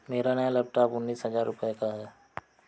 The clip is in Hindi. मेरा नया लैपटॉप उन्नीस हजार रूपए का है